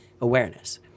awareness